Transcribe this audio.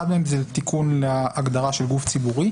אחד מהם זה תיקון להגדרה של גוף ציבורי,